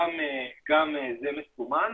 גם זה מסומן.